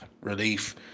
Relief